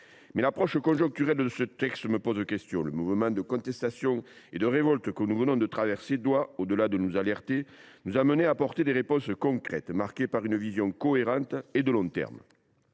Mais l’approche conjoncturelle de ce texte me pose question : le mouvement de contestation et de révolte que nous venons de traverser doit non seulement nous alerter, mais aussi nous amener à apporter des réponses concrètes marquées par une vision cohérente et de long terme.